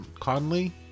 Conley